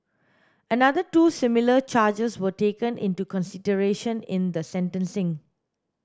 another two similar charges were taken into consideration in the sentencing